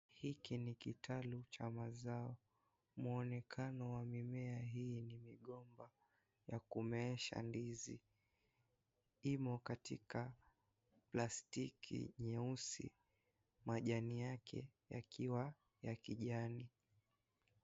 Hiki ni kitalu cha mazao. Mwonekano wa mimea hii ni migomba ya kumeesha ndizi. Imo katika plastiki nyeusi. Majani yake yakiwa ya kijani.